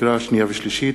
לקריאה שנייה ולקריאה שלישית: